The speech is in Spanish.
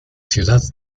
ciudad